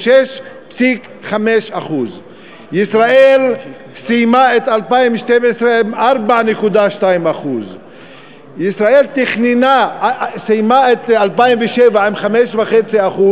הוא 6.5%. ישראל סיימה את 2012 עם 4.2%. ישראל סיימה את 2007 עם 5.5%,